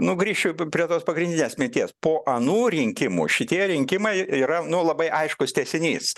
nu grįšiu prie tos pagrindinės minties po anų rinkimų šitie rinkimai yra nu labai aiškus tęsinys